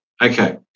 Okay